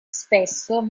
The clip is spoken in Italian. spesso